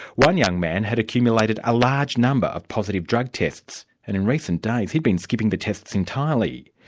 one young man had accumulated a large number of positive drug tests, and in recent days he'd been skipping the tests entirely.